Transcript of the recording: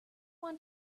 want